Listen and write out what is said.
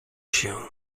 się